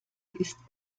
ist